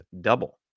double